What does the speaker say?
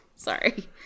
Sorry